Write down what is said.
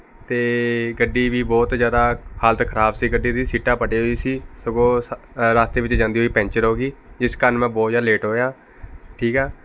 ਅਤੇ ਗੱਡੀ ਵੀ ਬਹੁਤ ਜ਼ਿਆਦਾ ਹਾਲਤ ਖਰਾਬ ਸੀ ਗੱਡੀ ਦੀ ਸੀਟਾਂ ਪਾਟੀਆਂ ਵੀ ਸੀ ਸਗੋਂ ਸ ਅ ਰਸਤੇ ਵਿੱਚ ਜਾਂਦੀ ਹੋਈ ਪੈਂਚਰ ਹੋ ਗਈ ਜਿਸ ਕਾਰਨ ਮੈਂ ਬਹੁਤ ਜ਼ਿਆਦਾ ਲੇਟ ਹੋਇਆ ਠੀਕ ਹੈ